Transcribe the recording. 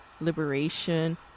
liberation